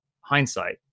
hindsight